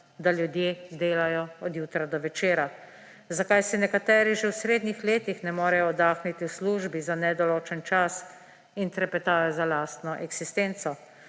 da ljudje delajo od jutra do večera; zakaj si nekateri že v srednjih letih ne morejo oddahniti v službi za nedoločen čas in trepetajo za lastno eksistenco;